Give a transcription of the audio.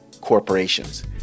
corporations